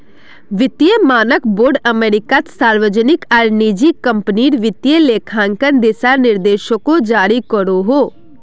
वित्तिय मानक बोर्ड अमेरिकात सार्वजनिक आर निजी क्म्पनीर वित्तिय लेखांकन दिशा निर्देशोक जारी करोहो